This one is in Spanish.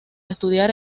estudiar